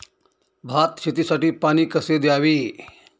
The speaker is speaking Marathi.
भात शेतीसाठी पाणी कसे द्यावे?